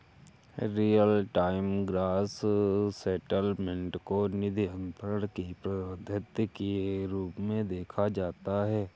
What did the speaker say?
real time gross settlement को निधि अंतरण की पद्धति के रूप में देखा जाता है